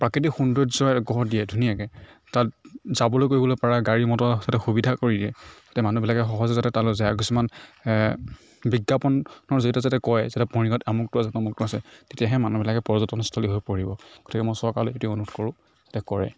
প্ৰাকৃতিক সৌন্দৰ্য এক গঢ় দিয়ে ধুনীয়াকে তাত যাবলৈ কৰিবলৈ পৰা গাড়ী মটৰ যাতে সুবিধা কৰি দিয়ে যাতে মানুহবিলাকে সহজে যাতে তালৈ যায় আৰু কিছুমান বিজ্ঞাপনৰ জৰিয়তে যাতে কয় যে মৰিগাঁৱত আমুকটো আছে তামুকটো আছে তেতিয়াহে মানুহবিলাকে পৰ্যটনস্থলী হৈ পৰিব গতিকে মই চৰকাৰলে এইটোৱে অনুৰোধ কৰোঁ যাতে কৰে